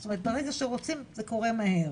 זאת אומרת ברגע שרוצים זה קורה מהר.